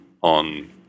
on